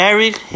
Eric